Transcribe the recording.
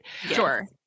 Sure